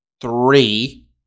three